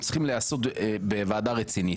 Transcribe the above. צריכים להיעשות בוועדה רצינית.